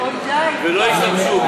ולא ישתמשו בו,